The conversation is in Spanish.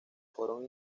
fueron